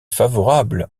favorable